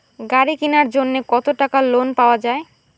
গাড়ি কিনার জন্যে কতো টাকা লোন পাওয়া য়ায়?